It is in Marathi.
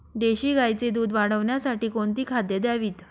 देशी गाईचे दूध वाढवण्यासाठी कोणती खाद्ये द्यावीत?